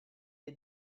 est